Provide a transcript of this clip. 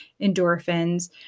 endorphins